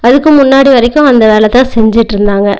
அதுக்கு முன்னாடி வரைக்கும் அந்த வேலை தான் செஞ்சுட்ருந்தாங்க